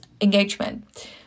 engagement